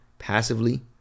passively